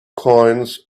coins